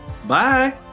Bye